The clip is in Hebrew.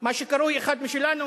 מה שקרוי "אחד משלנו"